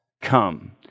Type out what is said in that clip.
come